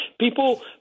People